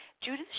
Judith